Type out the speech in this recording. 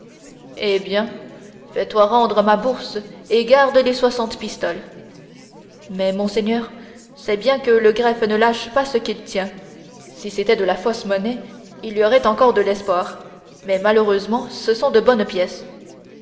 eh bien fais-toi rendre ma bourse et garde les soixante pistoles mais monseigneur sait bien que le greffe ne lâche pas ce qu'il tient si c'était de la fausse monnaie il y aurait encore de l'espoir mais malheureusement ce sont de bonnes pièces